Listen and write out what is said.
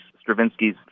Stravinsky's